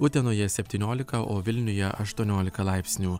utenoje septyniolika o vilniuje aštuoniolika laipsnių